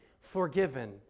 forgiven